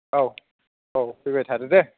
औ औ फैबाय थादो दे